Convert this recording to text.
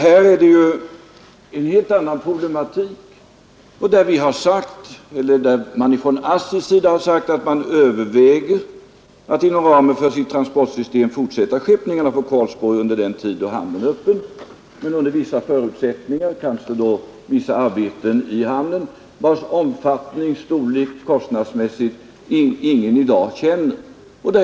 Här är det en helt annan problematik. ASSI har sagt att man överväger att inom ramen för sitt transportsystem fortsätta skeppningarna från Karlsborg under den tid då hamnen är öppen, men under vissa förutsättningar — kanske vissa arbeten i hamnen, vilkas kostnadsmässiga omfattning ingen i dag känner.